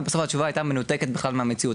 ובסוף התשובה בכלל היתה מנותקת מהמציאות.